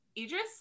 idris